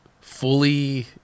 fully